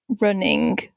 running